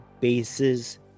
bases